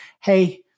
hey